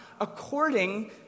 according